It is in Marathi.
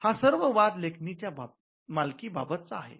हा सर्व वाद लेखणीच्या मालकी बाबतचा आहे